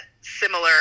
similar